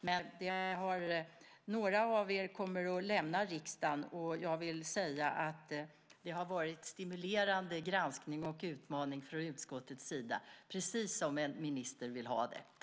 Men några av er kommer att lämna riksdagen, och jag vill säga att det har varit en stimulerande granskning och en utmaning från utskottets sida, precis som en minister vill ha det.